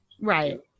right